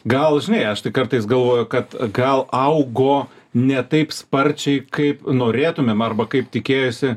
gal žinai aš tai kartais galvoju kad gal augo ne taip sparčiai kaip norėtumėm arba kaip tikėjosi